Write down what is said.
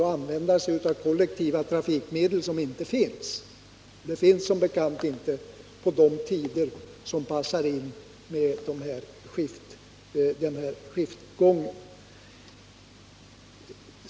Det finns inga kollektiva trafikmedel för dem som arbetar i den här aktuella skiftgången.